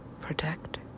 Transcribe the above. Protect